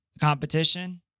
competition